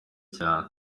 cyane